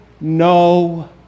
no